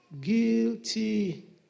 guilty